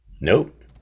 Nope